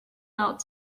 note